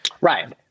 Right